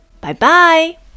bye-bye